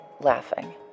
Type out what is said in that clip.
laughing